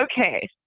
Okay